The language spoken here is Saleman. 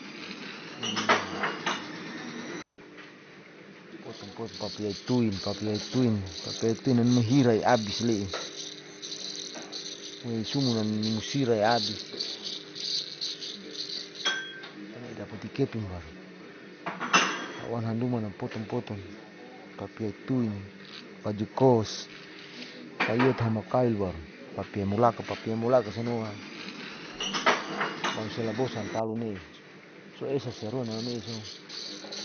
poton poton papi aituin, papi aituin namhira abis le'i mo isumu nan nimusirai abis nai idapati kepin baru auwan han numa napoton-napoton papi aituin baju kos faita hamakail papi aimulaka, papa'ia mulaka sanua mausiala bosan talu neic so esa sorona meso.